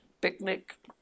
picnic